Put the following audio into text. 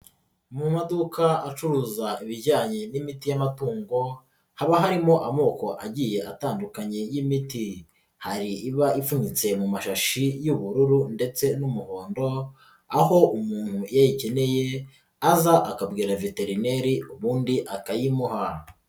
Mu maduka acuruza ibijyanye n'imiti y'amatungo haba harimo amoko agiye atandukanye y'imiti, hari iba ipfunyitse mu mashashi y'ubururu ndetse n'umuhondo, aho umuntu iyo ayikeneye aza akabwira veterineri ubundi akayimuha.